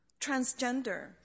transgender